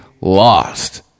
lost